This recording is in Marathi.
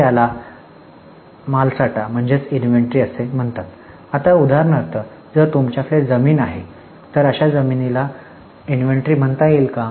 तर याला माल साठा असे म्हणतात आता उदाहरणार्थ जर तुमच्याकडे जमीन आहे तर अशा जमिनीला मालसाठा म्हणता येईल का